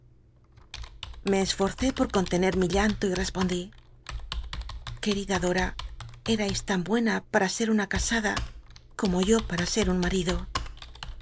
lie esforcé por contener mi llanto y rcspondí querida dom erais tan buena pam ser una casada como yo para ser un marido